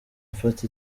mfata